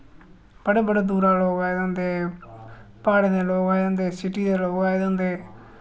बड़े बड़े दूरा लोक आए दे होंदे पहाड़े दे लोक आए दे होंदे सिटी दे लोक आए दे होंदे